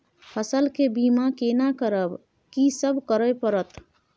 फसल के बीमा केना करब, की सब करय परत?